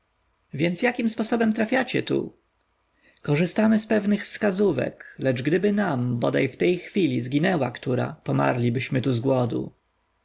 więc jakim sposobem trafiacie tu korzystamy z pewnych wskazówek lecz gdyby nam bodaj w tej chwili zginęła która pomarlibyśmy tu z głodu